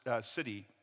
city